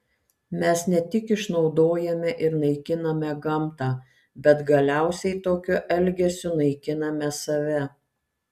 mes ne tik išnaudojame ir naikiname gamtą bet galiausiai tokiu elgesiu naikiname save